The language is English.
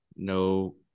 no